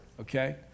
okay